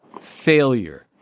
failure